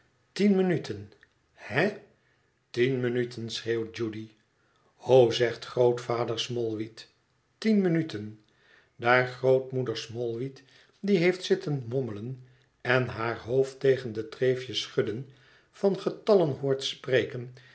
tien minuten he tien minuten schreeuwt judy ho zegt grootvader smallweed tien minuten daar grootmoeder smallweed die heeft zitten mommelen en haar hoofd tegen de treeftjes schudden van getallen hoort spreken